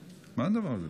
מה זה הדבר הזה?